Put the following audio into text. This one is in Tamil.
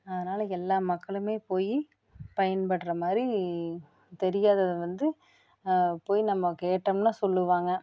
அதனால எல்லாம் மக்களும் போய் பயன்படுகிற மாதிரி தெரியாததை வந்து போய் நம்ம கேட்டோம்னா சொல்லுவாங்க